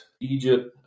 Egypt